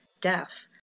deaf